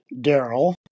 Daryl